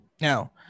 Now